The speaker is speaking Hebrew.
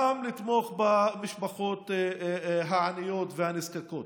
גם לתמוך במשפחות העניות והנזקקות,